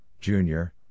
Junior